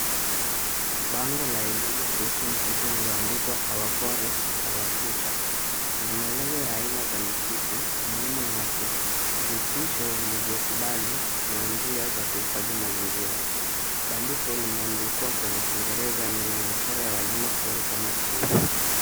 Bango la elimu kuhusu msitu limendikwa our forests our future .Kuna maelezo aina za msitu, umuhimu wake, vitisho vilivyokubali na njia za kuhifadhi mazingira. Bandiko limeandikwa kwenye kingereza lina michoro ya wanyama pori kama chui.